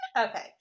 Okay